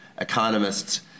economists